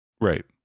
Right